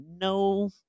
no